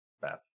Beth